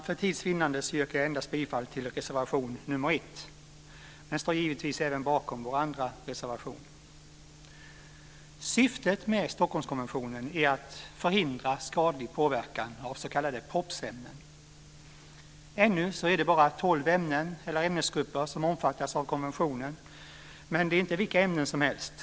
För tids vinnande yrkar jag bifall endast till reservation 1 men står givetvis även bakom vår andra reservation. Syftet med Stockholmskonventionen är att förhindra skadlig påverkan av s.k. POP-ämnen. Ännu är det bara tolv ämnen eller ämnesgrupper som omfattas av konventionen, men det är inte vilka ämnen som helst.